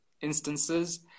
instances